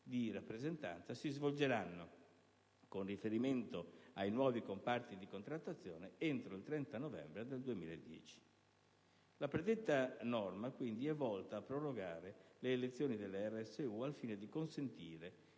di rappresentanza si svolgeranno, con riferimento ai nuovi comparti di contrattazione, entro il 30 novembre 2010». La predetta norma, quindi, è volta a prorogare le elezioni delle RSU al fine di consentire